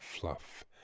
fluff